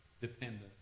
dependent